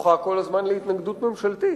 זוכה כל הזמן להתנגדות ממשלתית.